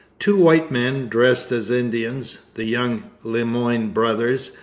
two white men dressed as indians the young le moyne brothers,